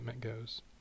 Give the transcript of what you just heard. goes